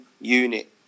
unit